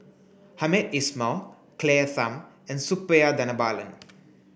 Hamed Ismail Claire Tham and Suppiah Dhanabalan